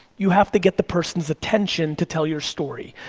you have to get the person's attention to tell your story.